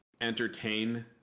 entertain